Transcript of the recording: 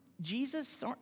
Jesus